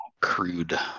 crude